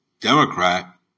Democrat